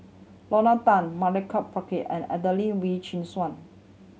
Lorna Tan Milenko Prvacki and Adelene Wee Chin Suan